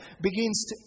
begins